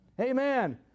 Amen